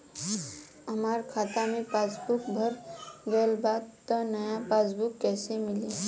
हमार खाता के पासबूक भर गएल बा त नया पासबूक कइसे मिली?